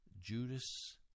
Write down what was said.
Judas